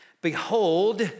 Behold